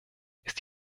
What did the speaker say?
ist